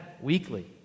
weekly